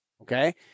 Okay